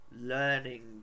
learning